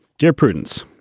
dear prudence,